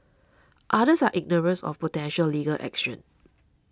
others are ignorant of potential legal action